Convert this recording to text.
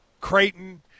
Creighton